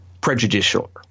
prejudicial